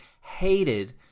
hated